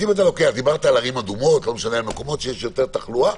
דיברת על מקומות שיש יותר תחלואה,